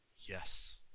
Yes